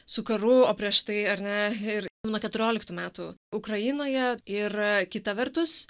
su karu o prieš tai ar ne ir nuo keturioliktų metų ukrainoje ir kita vertus